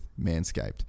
Manscaped